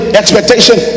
expectation